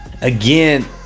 again